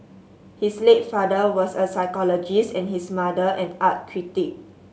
his late father was a psychologist and his mother an art critic